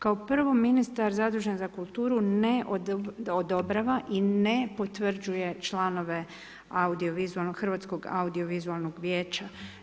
Kao prvo ministar zadužen za kulturu ne odobrava i ne potvrđuje članove audiovizualnog, Hrvatskog audiovizualnog vijeća.